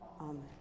Amen